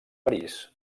parís